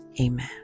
amen